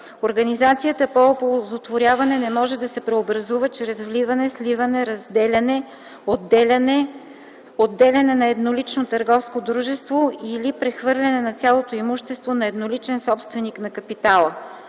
Организацията по оползотворяване не може да се преобразува чрез вливане, сливане, разделяне, отделяне, отделяне на еднолично търговско дружество или прехвърляне на цялото имущество на едноличен собственик на капитала.